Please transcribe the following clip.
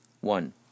One